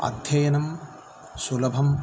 अध्ययनं सुलभं